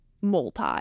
multi